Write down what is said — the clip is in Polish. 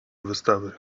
wystawy